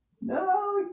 No